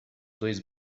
dois